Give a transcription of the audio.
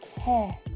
care